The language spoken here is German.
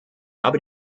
habe